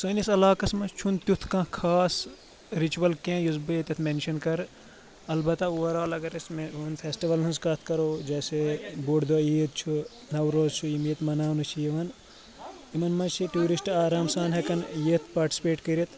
سٲنِس علاقَس منٛز چھُ نہٕ تیُتھ کانٛہہ خاص رِچوَل کینٛہہ یُس بہٕ ییٚتؠتھ مینشَن کَرٕ البتہ اوٚوَرآل اگر أسۍ فیسٹِوَلَن ہٕنٛز کَتھ کَرو جیسے بوٚڑ دۄہ عیٖد چھُ نوروز چھُ یِم ییٚتہِ مَناونہٕ چھِ یِوان یِمَن منٛز چھِ ٹوٗرِسٹہٕ آرام سان ہؠکَان یِتھ پاٹِسِپیٹ کٔرِتھ